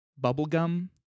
bubblegum